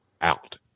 out